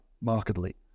markedly